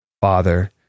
father